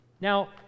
Now